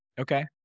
Okay